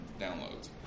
downloads